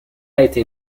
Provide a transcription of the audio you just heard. été